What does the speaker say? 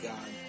God